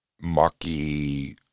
mucky